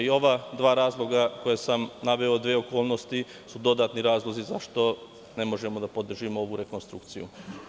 Ova dva razloga koja sam naveo, dve okolnosti su dodatni razlozi zašto ne možemo da podržimo ovu rekonstrukciju.